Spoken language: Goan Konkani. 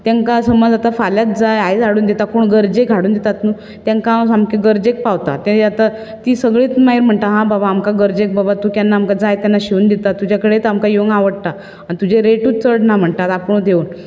तांकां समज आतां फाल्यांच जाय आयज हाडून दितां कोण गरजेक हाडून दितात तांकां हांव सामकें गरजेक पावता ते आता ती सगळींच मागीर हा बाबा आमकां गरजेक बाबा तूं आमकां जाय तेन्ना शिवून दितात तुज्या कडेच आमकां येवंक आवडटा आनी तुजे रेटूय चड ना म्हणटा आपुणूच येवन